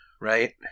right